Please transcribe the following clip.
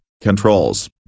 controls